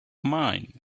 mine